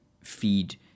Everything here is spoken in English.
feed